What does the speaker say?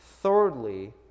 Thirdly